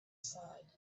side